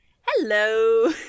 Hello